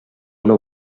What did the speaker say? una